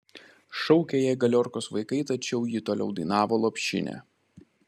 šaukė jai galiorkos vaikai tačiau ji toliau dainavo lopšinę